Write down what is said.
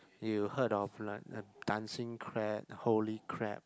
you heard of like like Dancing-Crab holy crab